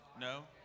No